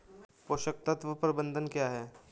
पोषक तत्व प्रबंधन क्या है?